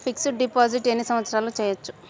Fix డ్ deposit ఎన్ని సంవత్సరాలు చేయచ్చు?